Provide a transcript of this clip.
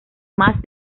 más